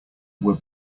were